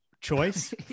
choice